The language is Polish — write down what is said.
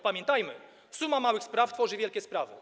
Pamiętajmy, suma małych spraw tworzy wielkie sprawy.